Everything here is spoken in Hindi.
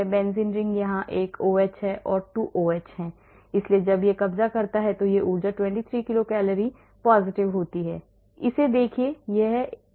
बेंजीन रिंग वहां एक OH है और 2 OH है इसलिए जब यह कब्जा करता है तो यह ऊर्जा 23 किलो कैलोरी सकारात्मक होती है